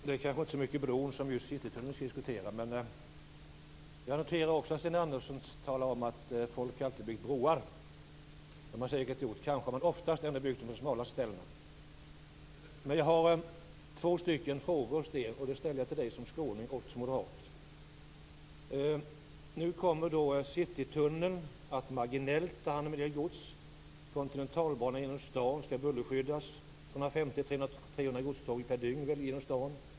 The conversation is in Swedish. Herr talman! Det är kanske inte så mycket bron som Citytunneln vi skall diskutera. Jag noterar att Sten Andersson säger att folk alltid har byggt broar. Det har de säkert gjort. Men kanske har de oftast ändå byggt dem på det smalaste stället. Jag har två frågor som jag ställer till Sten Andersson som skåning och moderat. Citytunneln kommer marginellt att ta hand om en del gods. Kontinentalbanan genom stan skall bullerskyddas. 250-300 godståg per dygn väller genom stan.